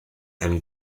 and